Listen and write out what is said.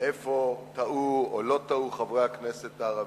איפה טעו או לא טעו חברי הכנסת הערבים.